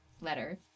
letter